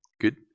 good